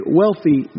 wealthy